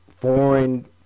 foreign